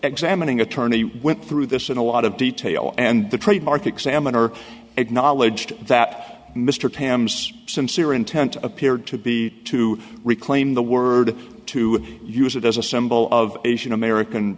examining attorney went through this in a lot of detail and the trademark examiner acknowledged that mr tams sincere intent appeared to be to reclaim the word to use it as a symbol of asian american